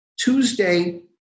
Tuesday